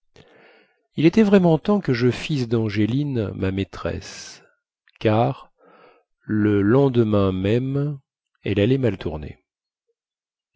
il était vraiment temps que je fisse dangéline ma maîtresse car le lendemain même elle allait mal tourner